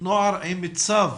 נוער עם צו